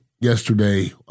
yesterday